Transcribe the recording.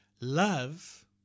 Love